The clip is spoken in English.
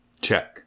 Check